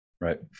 Right